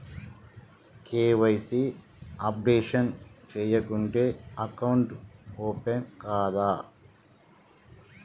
KYC updation చేయకుంటే account open కాదా?